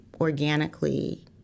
organically